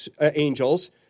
angels